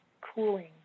cooling